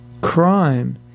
crime